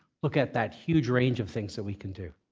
look at that huge range of things that we can do.